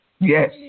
Yes